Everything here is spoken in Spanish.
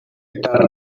estar